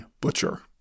Butcher